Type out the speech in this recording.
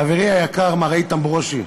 חברי היקר מר איתן ברושי,